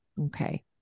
Okay